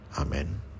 Amen